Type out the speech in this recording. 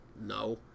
No